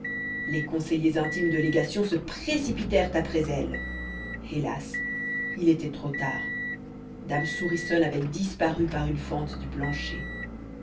les conseillers intimes de légation se précipitèrent après elles hélas il était trop tard dame souriçonne avait disparu par une fente du plancher